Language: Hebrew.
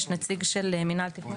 יש נציג של מינהל תכנון.